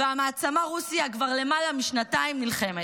והמעצמה רוסיה כבר למעלה משנתיים נלחמת.